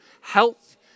health